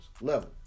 level